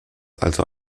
also